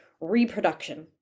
reproduction